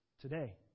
today